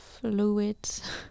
fluids